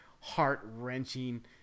heart-wrenching